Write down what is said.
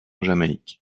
jamaïque